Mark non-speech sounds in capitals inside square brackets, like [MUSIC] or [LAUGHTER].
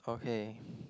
okay [BREATH]